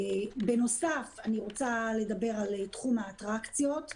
בנוסף אני רוצה לדבר על תחום האטרקציות,